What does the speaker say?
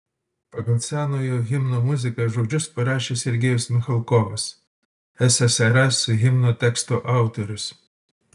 pagal senojo himno muziką žodžius parašė sergejus michalkovas ssrs himno teksto autorius